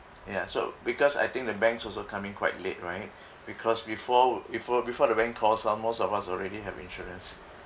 ya so because I think the banks also come in quite late right because before before before the bank calls most of us already have insurance